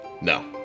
No